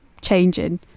changing